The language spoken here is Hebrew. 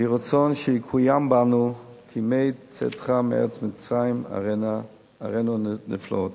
ויהי רצון שיקוים בנו "כימי צאתך מארץ מצרים אראנו נפלאות".